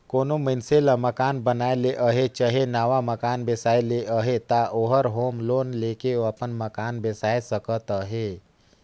कोनो मइनसे ल मकान बनाए ले अहे चहे नावा मकान बेसाए ले अहे ता ओहर होम लोन लेके अपन मकान बेसाए सकत अहे